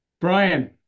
Brian